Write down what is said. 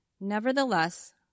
Nevertheless